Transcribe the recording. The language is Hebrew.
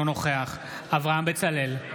אינו נוכח אברהם בצלאל,